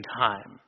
time